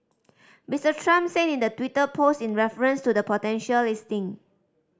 Mister Trump said in the Twitter post in reference to the potential listing